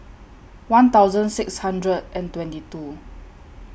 one thousand six hundred and twenty two